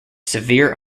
severe